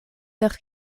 per